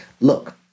look